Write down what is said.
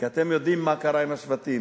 כי אתם יודעים מה קרה עם השבטים,